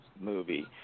movie